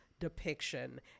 depiction